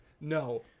no